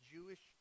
Jewish